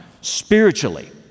spiritually